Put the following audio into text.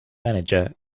manager